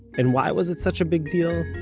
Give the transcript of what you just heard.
and why was it such a big deal?